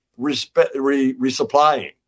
resupplying